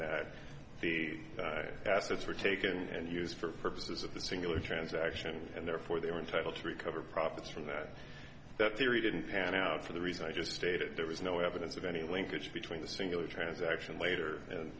that the assets were taken and used for purposes of the singular transaction and therefore they were entitled to recover profits from that that theory didn't pan out for the reason i just stated there was no evidence of any linkage between the singular transaction later and